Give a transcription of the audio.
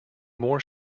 more